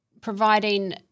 providing